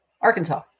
Arkansas